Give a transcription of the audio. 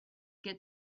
get